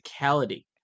physicality